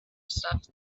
stuff